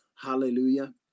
Hallelujah